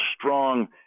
strong